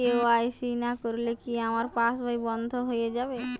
KYC না করলে কি আমার পাশ বই বন্ধ হয়ে যাবে?